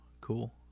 Cool